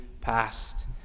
past